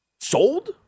sold